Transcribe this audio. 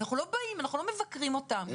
אנחנו לא מבקרים אותם,